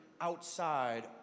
outside